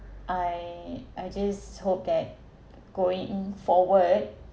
I I just hope that going forward